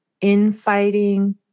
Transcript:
infighting